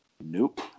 Nope